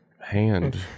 hand